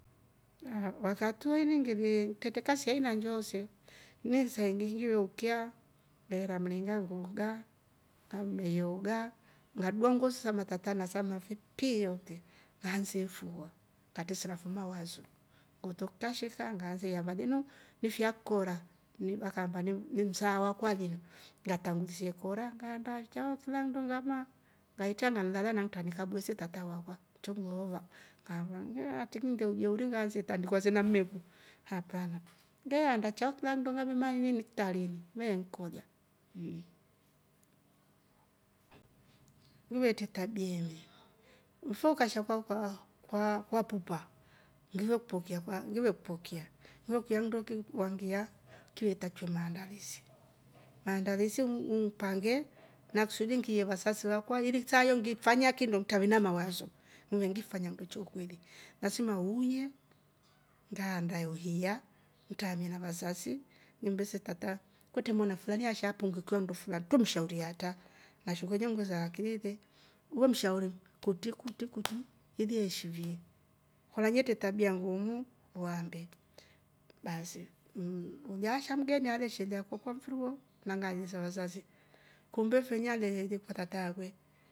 Wakati wo ngili tretre kasi ya aina njoose ini saa ivili nge ukya ngera mringa ngooga, ngamme ooga ngadua nguo sama tata piu yote ngaasa ifua, ngatesira fo mawaso nngoto kukashika ngashe ansa linu nfi alikora ni msaa wakwa linu ngatangulisa ikora ngaanda chao kilanndu ngamaa ngaitra na mmba ntrane kabwa se tata akwa ncho ngile oova, haatri niinde ujeuri ngaase itandikwa se na mmeku hapana nge andaa chao kila nndu kitareni vaenkora mmm!, ngivetre tabia imu ife ukasha kwakwa kwa kwapupa ngive kupokea nge kuiya nndo ki waangia kive takiwetakiwe mandalisi, maanadalisi unpange ngiiye vasasi kawa saa yo ngili fanya chi ntave na mwazo ngive ngi fanya nndo cha ukweli lasma uuye ngaandae ubiya ngivese tata kwetre mwanafulani alungukiwa na nndo twre mshauri atraa ngashe kolya lakini le we mshauri kutri kurti ili eeshivie kotrea atre tabia nguumu uambe baasi ilya asha mgeni ngavesa vasasi kumbe alefe hemba tata akwe